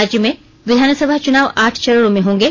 राज्य में विधानसभा चुनाव आठ चरणों में होंगे